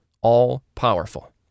all-powerful